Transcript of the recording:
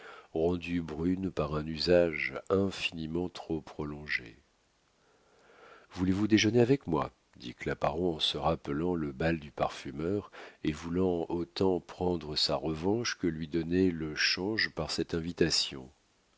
rendue brune par un usage infiniment trop prolongé voulez-vous déjeuner avec moi dit claparon en se rappelant le bal du parfumeur et voulant autant prendre sa revanche que lui donner le change par cette invitation